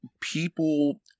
people